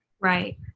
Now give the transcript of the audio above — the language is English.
Right